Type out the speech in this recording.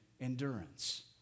endurance